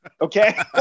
Okay